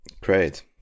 Great